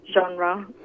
genre